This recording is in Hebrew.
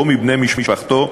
או מבני משפחתו,